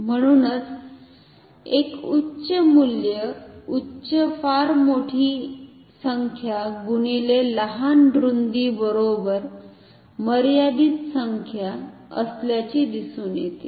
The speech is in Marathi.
म्हणूनच एक उच्च मूल्य उच्च फार मोठी उंची गुणिले लहान रुंदी बरोबर मर्यादित संख्या असल्याचे दिसून येते